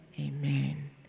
Amen